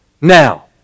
Now